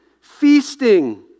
feasting